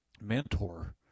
mentor